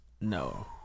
no